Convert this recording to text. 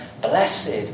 Blessed